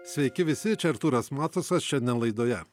sveiki visi čia artūras matusas šiandien laidoje